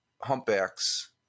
humpbacks